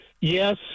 yes